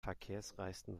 verkehrsreichsten